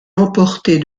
emportés